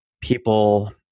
people